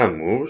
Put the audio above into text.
כאמור,